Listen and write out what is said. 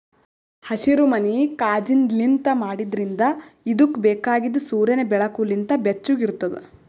ಹಸಿರುಮನಿ ಕಾಜಿನ್ಲಿಂತ್ ಮಾಡಿದ್ರಿಂದ್ ಇದುಕ್ ಬೇಕಾಗಿದ್ ಸೂರ್ಯನ್ ಬೆಳಕು ಲಿಂತ್ ಬೆಚ್ಚುಗ್ ಇರ್ತುದ್